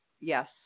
Yes